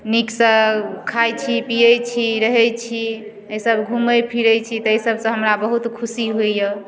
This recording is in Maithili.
नीकसँ खाइ छी पियै छी रहै छी एहि सभ घुमै फिरै छी ताहि सभसँ हमरा बहुत खुशी होइया